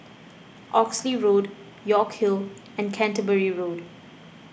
Oxley Road York Hill and Canterbury Road